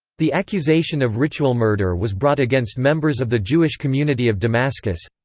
the accusation of ritual murder was brought against members of the jewish community of damascus.